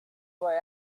boy